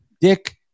Dick